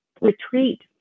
retreat